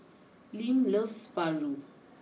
Lim loves Paru